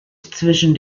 zwischen